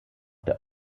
der